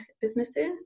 businesses